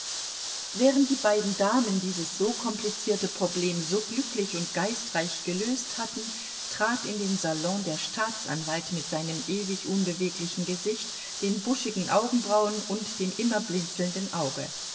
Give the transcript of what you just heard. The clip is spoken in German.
während die beiden damen dieses so komplizierte problem so glücklich und geistreich gelöst hatten trat in den salon der staatsanwalt mit seinem ewig unbeweglichen gesicht den buschigen augenbrauen und dem immer blinzelnden auge